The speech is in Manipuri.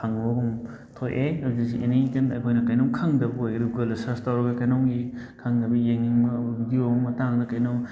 ꯊꯝꯕꯒꯨꯝ ꯊꯣꯛꯑꯦ ꯑꯗꯨꯁꯨ ꯑꯦꯅꯤ ꯑꯩꯈꯣꯏꯅ ꯀꯩꯅꯣꯃ ꯈꯪꯗꯕ ꯑꯣꯏꯒꯦꯔꯥ ꯒꯨꯒꯜꯗ ꯁꯔꯁ ꯇꯧꯔꯒ ꯀꯩꯅꯣꯝꯒꯤ ꯈꯪꯗꯕ ꯌꯦꯡꯅꯤꯡꯕ ꯕꯤꯗꯤꯑꯣ ꯑꯃꯒꯤ ꯃꯇꯥꯡꯗ ꯀꯩꯅꯣꯃ